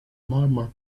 murmur